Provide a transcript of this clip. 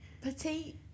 petite